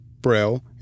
braille